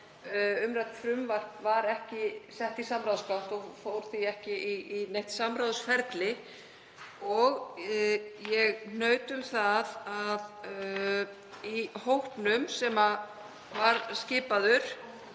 umrætt frumvarp var ekki sett í samráðsgátt og fór því ekki í neitt samráðsferli. Ég hnaut um það að í hópnum sem skipaður